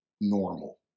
normal